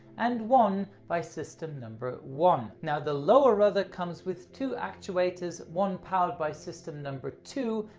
and one by system number one. now, the lower rudder comes with two actuators, one powered by system number two,